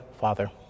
Father